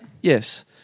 Yes